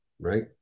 right